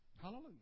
Hallelujah